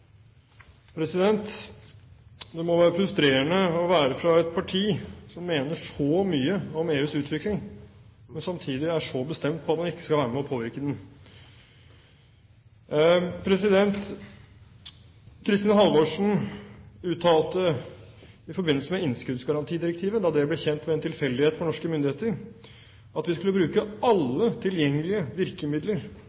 Det må være frustrerende å være fra et parti som mener så mye om EUs utvikling, men samtidig er så bestemt på at man ikke skal være med og påvirke den. Statsråd Kristin Halvorsen uttalte i forbindelse med innskuddsgarantidirektivet – da det ble kjent ved en tilfeldighet for norske myndigheter – at vi skulle bruke